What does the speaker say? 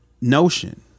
notion